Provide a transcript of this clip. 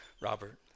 Robert